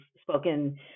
spoken